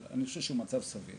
לחלוטין מצב סביר.